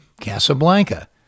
Casablanca